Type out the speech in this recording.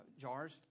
jars